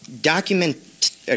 document